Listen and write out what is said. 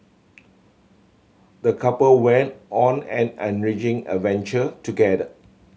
the couple went on an enriching adventure together